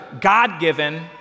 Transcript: God-given